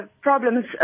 problems